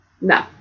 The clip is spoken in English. No